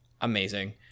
amazing